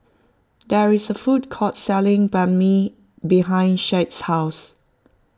there is a food court selling Banh Mi behind Shad's house